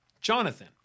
Jonathan